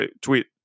tweet